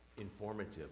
informative